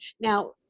Now